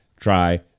try